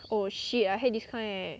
oh shit I hate this kind eh